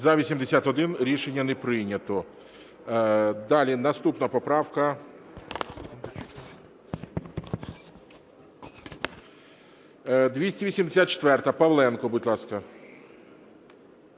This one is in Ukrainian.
За-79 Рішення не прийнято.